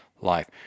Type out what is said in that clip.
life